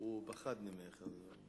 הוא פחד ממך.